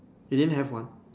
they didn't have one